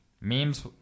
memes